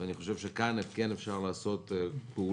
ואני חושב שכאן כן אפשר לעשות פעולות